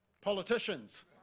politicians